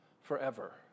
forever